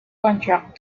contract